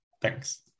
Thanks